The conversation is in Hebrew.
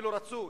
אילו רצו,